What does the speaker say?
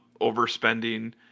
overspending